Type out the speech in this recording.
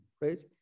right